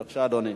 בבקשה, אדוני.